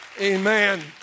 Amen